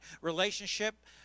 relationship